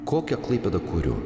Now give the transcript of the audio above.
kokią klaipėdą kuriu